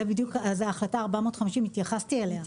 זה בדיוק, החלטה 450 התייחסתי אליה.